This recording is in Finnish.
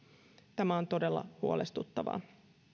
tämä on todella huolestuttavaa